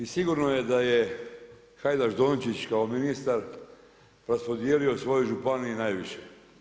I sigurno je da je Hajdaš Dončić, kao ministar raspodijelio svojoj županiji najviše.